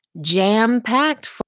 jam-packed